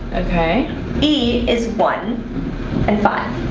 okay e is one and five